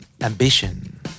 Ambition